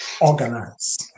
Organize